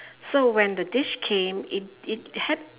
so when the dish came it it had